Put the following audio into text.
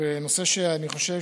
ונושא שאני חושב